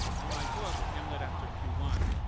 in my book hamlet after q one,